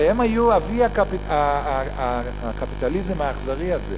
הרי הם היו אבי הקפיטליזם האכזרי הזה.